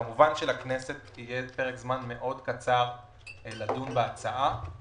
כמובן שלכנסת יהיה פרק זמן מאוד קצר לדון בהצעה.